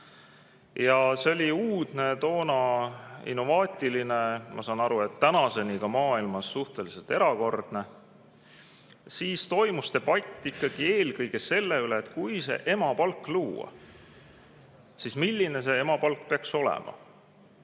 See oli uudne, toona innovaatiline. Ma saan aru, et tänaseni on see maailmas suhteliselt erakordne. Siis toimus debatt eelkõige selle üle, et kui emapalk luua, siis milline see emapalk peaks olema.